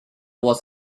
was